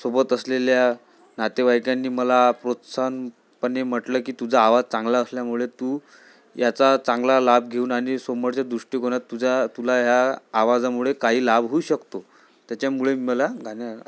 सोबत असलेल्या नातेवाईकांनी मला प्रोत्साहनपणे म्हटलं की तुझा आवाज चांगला असल्यामुळे तू याचा चांगला लाभ घेऊन आणि समोरच्या दृष्टीकोनात तुझ्या तुला ह्या आवाजामुळे काही लाभ होऊ शकतो त्याच्यामुळे मला गाण्या